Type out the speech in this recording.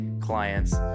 clients